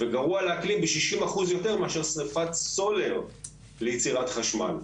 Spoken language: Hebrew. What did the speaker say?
וגרוע לאקלים ב-60% יותר מאשר שריפת סולר ליצירת חשמל.